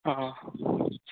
हां हां